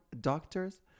doctors